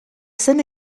scène